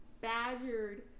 badgered